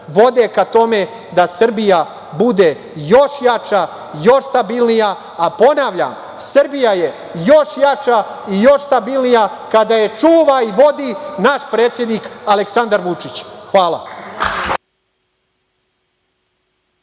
vode ka tome da Srbija bude još jača, još stabilnija, a ponavljam, Srbija je još jača i još stabilnija kada je čuva i vodi naš predsednik Aleksandar Vučić. Hvala.